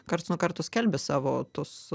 karts nuo karto skelbia savo tuos